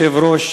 כבוד היושב-ראש,